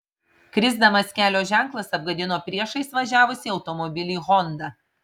krisdamas kelio ženklas apgadino priešais važiavusį automobilį honda